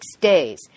days